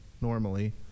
normally